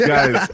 Guys